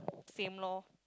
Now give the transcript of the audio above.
same lor